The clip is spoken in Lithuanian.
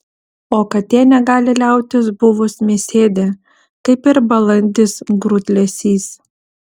o katė negali liautis buvus mėsėdė kaip ir balandis grūdlesys